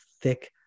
thick